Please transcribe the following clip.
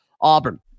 Auburn